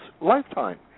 lifetime